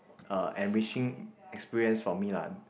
uh enriching experience for me lah